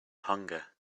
hunger